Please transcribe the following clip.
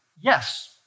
Yes